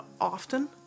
often